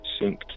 synced